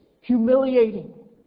humiliating